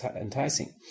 enticing